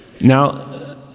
now